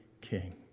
king